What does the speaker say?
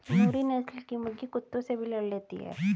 नूरी नस्ल की मुर्गी कुत्तों से भी लड़ लेती है